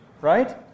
right